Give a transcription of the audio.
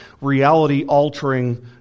reality-altering